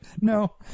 No